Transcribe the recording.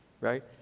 right